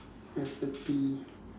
recipe